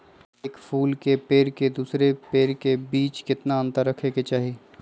एक फुल के पेड़ के दूसरे पेड़ के बीज केतना अंतर रखके चाहि?